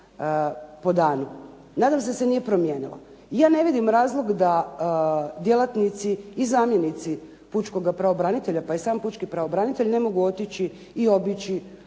po danu, nadam se da se nije promijenilo. Ja ne vidim razlog da djelatnici i zamjenici pučkoga pravobranitelja, pa i sam pučki pravobranitelj ne mogu otići i obići